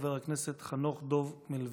חבר הכנסת חנוך דב מלביצקי.